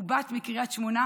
ובת מקריית שמונה,